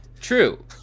True